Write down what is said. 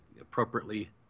appropriately